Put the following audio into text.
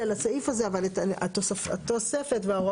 אנחנו ממש נעבור על סעיפי התוספת ונוכל